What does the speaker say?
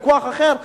ויכוח אחר,